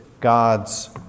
God's